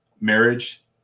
marriage